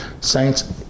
Saints